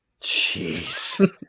Jeez